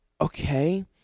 okay